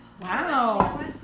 Wow